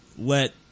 let